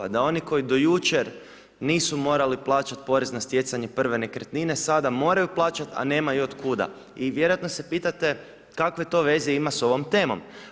Da oni koji do jučer nisu morali plaćati porez nad stjecanjem prve nekretnine, sada moraju plaćati, a nemaju od kuda i vjerojatno se pitate kakvo to veze ima s ovom temom.